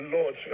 Lord